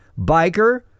biker